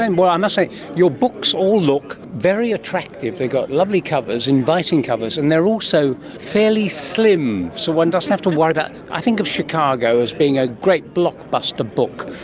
and i must say your books all look very attractive, they've got lovely covers, inviting covers, and they are also fairly slim, so one doesn't have to worry about, i think of chicago as being a great blockbuster book,